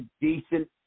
decent